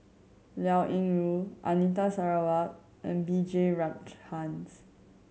Liao Yingru Anita Sarawak and B J Rajhans